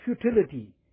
futility